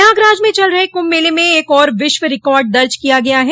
प्रयागराज में चल रहे कुंभ मेले में एक और विश्व रिकार्ड दर्ज किया गया है